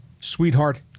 sweetheart